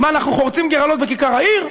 מה, אנחנו חורצים גורלות בכיכר העיר?